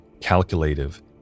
calculative